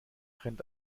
rennt